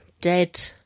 dead